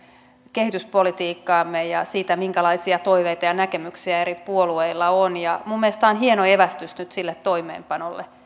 kehityspolitiikkaamme ja sitä minkälaisia toiveita ja näkemyksiä eri puolueilla on ja minun mielestäni tämä on hieno evästys nyt sille toimeenpanolle